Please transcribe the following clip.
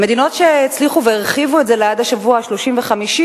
המדינות שהצליחו והרחיבו את זה עד השבוע ה-35,